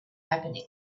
happening